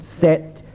set